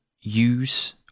use